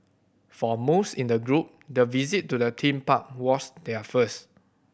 for most in the group the visit to the theme park was their first